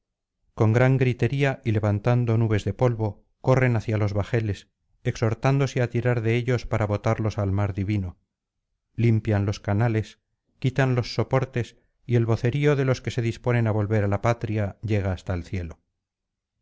con gran gritería y levantando nubes de polvo corren hacia los bajeles exhórtanse á tirar de ellos para botarlos al mar divino limpian los canales quitan los soportes y el vocerío de los que se disponen á volver á la patria llega hasta el cielo